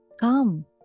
come